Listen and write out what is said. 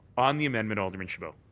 on the amendment, alderman chabot.